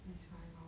that's why lor